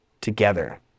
together